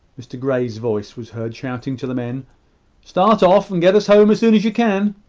mr grey's voice was heard shouting to the men start off, and get us home as soon as you can.